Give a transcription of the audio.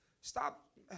stop